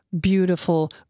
beautiful